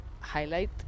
highlight